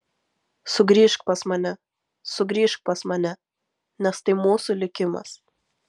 sugrįžk pas mane sugrįžk pas mane nes tai mūsų likimas